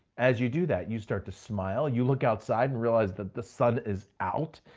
as you do that, you start to smile, you look outside and realize that the sun is out.